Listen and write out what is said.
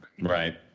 Right